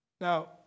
Now